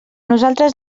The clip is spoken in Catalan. nosaltres